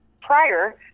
prior